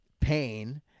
pain